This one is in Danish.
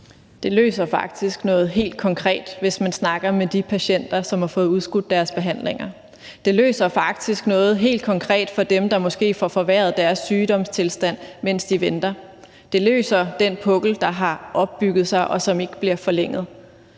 Det løser faktisk noget helt konkret, hvis man snakker med de patienter, som har fået udskudt deres behandlinger. Det løser faktisk noget helt konkret for dem, der måske får forværret deres sygdomstilstand, mens de venter. Det løser den pukkel, der har bygget op sig, og som ikke bliver forlænget.